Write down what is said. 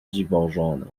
dziwożona